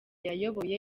yayoboye